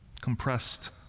compressed